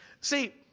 See